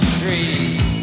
trees